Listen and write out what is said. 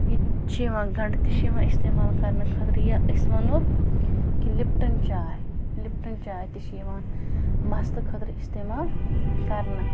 یہِ تہِ چھِ یِوان گَنٛڈٕ تہِ چھِ یِوان اِستعمال کرنہٕ خٲطرٕ یا أسۍ وَنو کہِ لِپٹَن چاے لِپٹَن چاے تہِ چھِ یِوان مَستہٕ خٲطرٕ اِستعمال کَرنہٕ